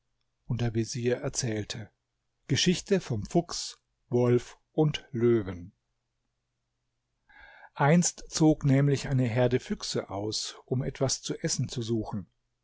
und der vezier erzählte geschichte vom fuchs wolf und löwen einst zog nämlich eine herde füchse aus um etwas zu essen zu suchen